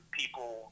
people